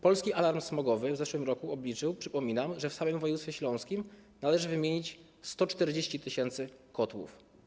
Polski Alarm Smogowy w zeszłym roku obliczył, przypominam, że w samym województwie śląskim należy wymienić 140 tys. kotłów.